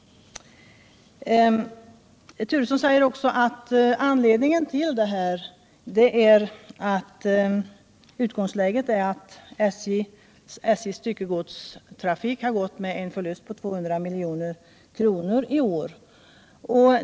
Bo Turesson säger att anledningen härtill är att SJ:s styckegodstrafik i år har gått med en förlust av 200 milj.kr.